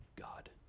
God